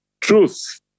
Truth